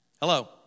Hello